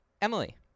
Emily